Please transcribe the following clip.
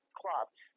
clubs